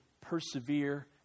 persevere